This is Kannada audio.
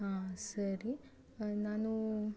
ಹಾಂ ಸರಿ ನಾನು